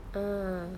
ah